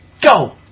go